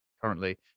currently